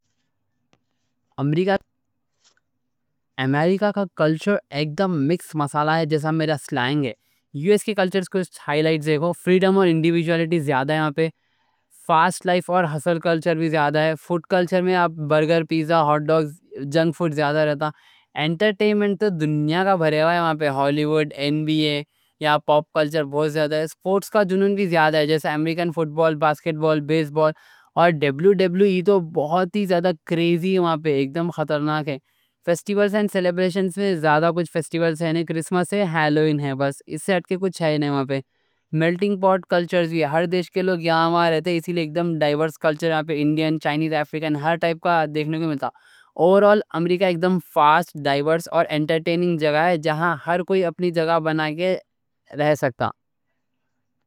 امریکہ کا کلچر ایکدم مکس مصالحہ ہے، جیسا میرا سلانگ ہے یو ایس کے کلچر کے کچھ ہائی لائٹس دیکھو، فریڈم اور انڈیویجوالٹی زیادہ ہے یہاں پہ فاسٹ لائف اور ہسل کلچر بھی زیادہ ہے فوڈ کلچر میں برگر، پیزا، ہاٹ ڈاگز، جنک فوڈ زیادہ رہتا انٹرٹینمنٹ تو دنیا کا بھرا ہوا ہے یہاں پہ، ہالی ووڈ، این بی اے اور پاپ کلچر بہت زیادہ ہے سپورٹس کا جنون بھی زیادہ ہے، جیسا امریکن فٹبال، باسکٹ بال، بیس بال اور ڈبلیو ڈبلیو ای، یہ تو بہت ہی زیادہ کریزی ہے، وہاں پہ ایکدم خطرناک ہے فیسٹیولز اور سیلیبریشنز میں کرسمس اور ہیلووین ہے، بس یہاں پہ ملٹنگ پاٹ کلچر بھی ہے ہر دیش کے لوگ یہاں رہتے، اسی لئے ایکدم ڈائیورس کلچرز ہیں ہر دیش کے لوگ یہاں پہ انڈین، چائنیز، افریکن، ہر ٹائپ کا دیکھنے ملتا اوورآل امریکہ ایکدم فاسٹ، ڈائیورس اور انٹرٹیننگ جگہ ہے، جہاں ہر کوئی اپنی جگہ بنا کے رہ سکتا